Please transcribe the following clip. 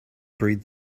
breed